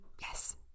yes